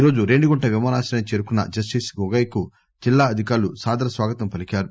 ఈరోజు రేణిగుంట విమానాశ్రయానికి చేరుకున్న జస్టిస్ గోగోయ్ కు జిల్లా అధికారులు సాదర స్వాగతం పలికారు